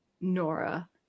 Nora